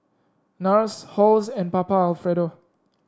NARS Halls and Papa Alfredo